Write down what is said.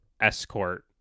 escort